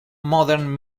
modern